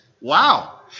Wow